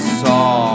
saw